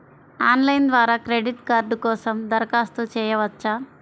Online ద్వారా credit card కోసం దరఖాస్తు చేయవచ్చా?